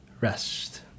rest